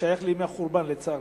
שייך לימי החורבן, לצערנו.